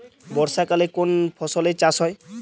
বর্ষাকালে কোন ফসলের চাষ হয়?